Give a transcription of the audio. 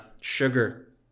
sugar